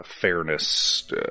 fairness